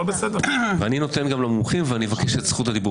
פעם תשקול מקצוע